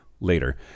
later